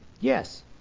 Yes